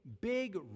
big